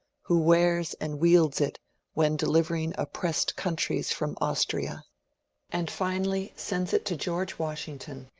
who wears and wields it when delivering oppressed countries from austria and finally sends it to george wash ington,